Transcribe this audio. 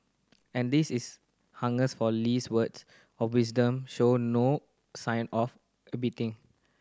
and this is hungers for Lee's words of wisdom show no sign of abating